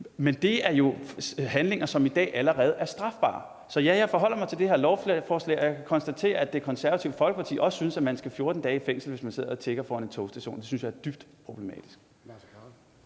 Men det er jo handlinger, som i dag allerede er strafbare. Så ja, jeg forholder mig til det her lovforslag, og jeg kan konstatere, at Det Konservative Folkeparti også synes, at man skal 14 dage i fængsel, hvis man sidder og tigger foran en togstation. Det synes jeg er dybt problematisk.